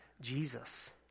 Jesus